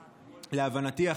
להבנתי,